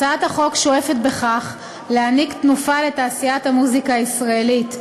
הצעת החוק שואפת בכך להעניק תנופה לתעשיית המוזיקה הישראלית,